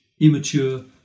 immature